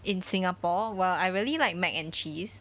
in singapore !wah! I really like mac and cheese